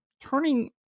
turning